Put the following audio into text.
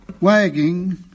wagging